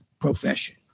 profession